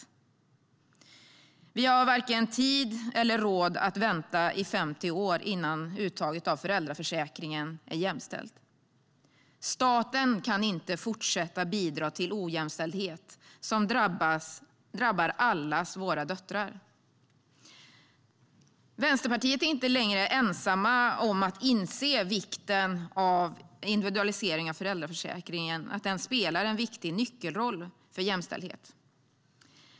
Vi har varken tid eller råd att vänta i 50 år innan uttaget av föräldraförsäkringen är jämställt. Staten kan inte fortsätta att bidra till en ojämställdhet som drabbar allas våra döttrar. Vänsterpartiet inte längre ensamt om att inse att en individualisering av föräldraförsäkringen spelar en nyckelroll för jämställdheten.